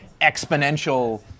exponential